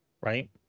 right